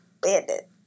Bandit